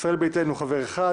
ישראל-ביתנו חבר אחד,